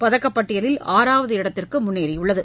பதக்கப்பட்டியலில் ஆறாவது இடத்திற்கு முன்னேறியுள்ளது